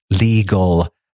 legal